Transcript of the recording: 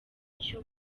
cyo